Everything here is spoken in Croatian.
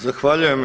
Zahvaljujem.